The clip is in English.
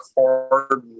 hard